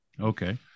Okay